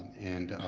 and